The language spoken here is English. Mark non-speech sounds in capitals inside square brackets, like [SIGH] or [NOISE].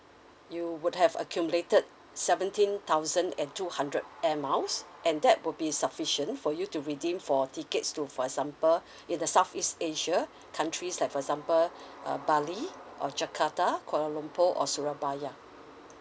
you would have accumulated seventeen thousand and two hundred air miles and that would be sufficient for you to redeem for tickets to for example [BREATH] in the south east asia countries like for example uh bali or jakarta kuala lumpur or surabaya